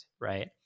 right